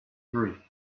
three